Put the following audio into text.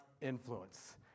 influence